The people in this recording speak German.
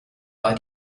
war